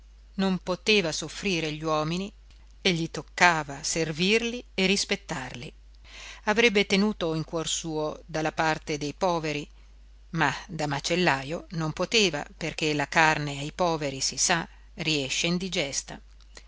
non poteva soffrire gli uomini e gli toccava servirli e rispettarli avrebbe tenuto in cuor suo dalla parte dei poveri ma da macellajo non poteva perché la carne ai poveri si sa riesce indigesta